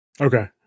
Okay